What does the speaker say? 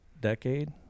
decade